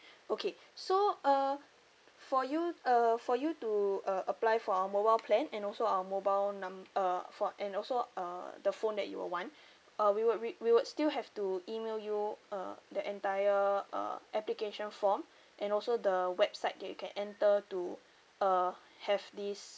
okay so uh for you uh for you to uh apply for our mobile plan and also our mobile num~ uh for and also uh the phone that you will want uh we would re~ we would still have to email you uh the entire uh application form and also the website that you can enter to uh have this